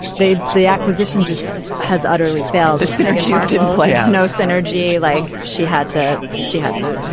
they. the acquisition just has utterly failed. the synergies didn't play out. no synergy like she had to. she had to.